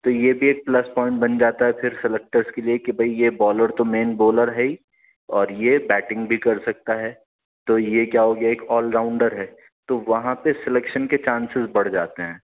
تو یہ بھی ایک پلس پوائنٹ بن جاتا ہے پھر سلیکٹرس کے لیے کہ بھائی یہ بالر تو مین بولر ہے اور یہ بیٹنگ بھی کر سکتا ہے تو یہ کیا ہو گیا ایک آل راؤنڈر ہے تو وہاں پہ سلیکشن کے چانسز بڑھ جاتے ہیں